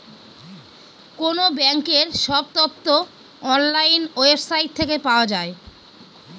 কোনো ব্যাঙ্কের সব তথ্য অনলাইন ওয়েবসাইট থেকে পাওয়া যায়